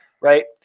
right